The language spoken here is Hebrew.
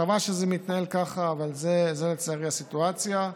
חבל שזה מתנהל ככה, אבל זאת לצערי הסיטואציה.